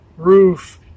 roof